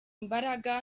imbaraga